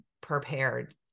prepared